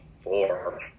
four